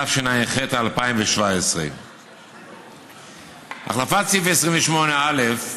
התשע"ח 2017. החלפת סעיף 28א: